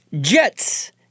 Jets